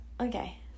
Okay